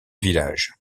village